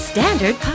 Standard